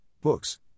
books